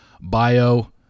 bio